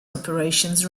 operations